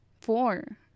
four